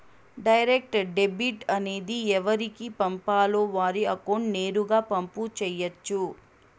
direct debit అనేది ఎవరికి పంపాలో వారి అకౌంట్ నేరుగా పంపు చేయొచ్చు